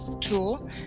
tool